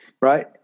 right